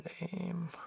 name